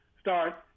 start